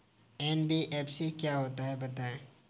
NBFC क्या होता है बताएँ?